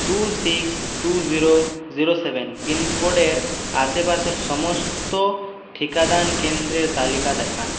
two six two zero zero seven pin কোডের আশেপাশের সমস্ত টিকাদান কেন্দ্রের তালিকা দেখান